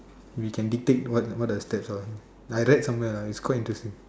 we can dictate what what does that's all I read somewhere lah its quite interesting